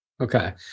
Okay